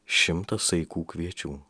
šimtą saikų kviečių